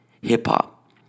hip-hop